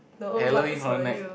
Halloween Horror Night